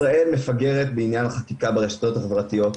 ישראל מפגרת בעניין החקיקה ברשתות החברתיות,